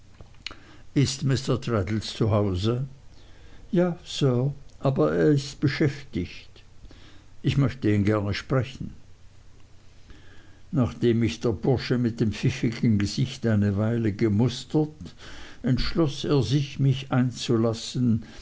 ist mr traddles zu hause ja sir aber er ist beschäftigt ich möchte ihn gerne sprechen nachdem mich der bursche mit dem pfiffigen gesicht eine weile gemustert entschloß er sich mich einzulassen